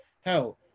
Hell